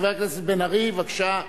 חבר הכנסת בן-ארי, בבקשה.